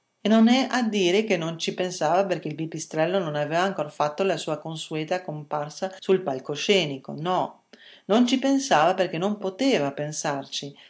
non è a dire che non ci pensava perché il pipistrello non aveva ancor fatto la sua consueta comparsa sul palcoscenico no non ci pensava perché non poteva pensarci